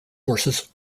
horses